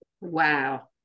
Wow